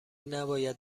نباید